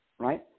right